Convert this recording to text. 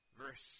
verse